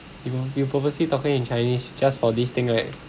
you pu~ you purposely talking in chinese just for this thing right